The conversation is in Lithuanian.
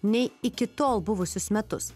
nei iki tol buvusius metus